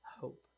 hope